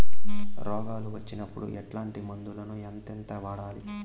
రోగాలు వచ్చినప్పుడు ఎట్లాంటి మందులను ఎంతెంత వాడాలి?